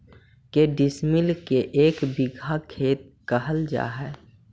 के डिसमिल के एक बिघा खेत कहल जा है?